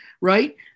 right